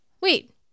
wait